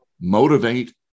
motivate